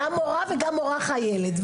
גם מורה וגם מורה חיילת.